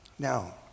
Now